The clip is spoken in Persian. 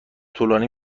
طولانی